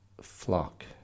flock